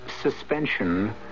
suspension